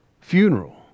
funeral